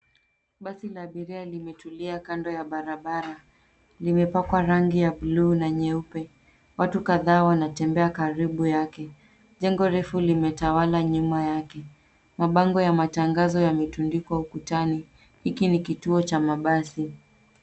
Basi la abiria limetulia kando ya barabara. Limepakwa rangi ya bluu na nyeupe. Watu kadhaa wanatembea karibu yake. Jengo refu limetawala nyuma yake. Mabango ya matangazo yametundikwa ukutani. Hiki ni kituo cha mabasi.